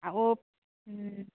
आ ओ हँ